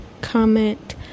comment